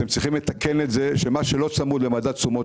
אתם צריכים לתקן את זה שמה שלא צמוד למדד תשומות